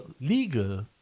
legal